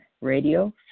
radio